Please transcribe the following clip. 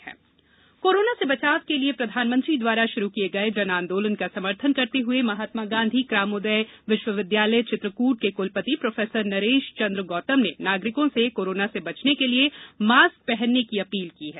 जन आंदोलन कोरोना से बचाव के लिए प्रधानमंत्री द्वारा शुरू किये गये जन आंदोलन का समर्थन करते हुए महात्मा गांधी ग्रमोदय विश्वविद्यालय चित्रकूट के कुलपति प्रोफेसर नरेश चंद्र गौतम ने नागरिको से कोरोना से बचने के लिए मास्क पहनने की अपील की है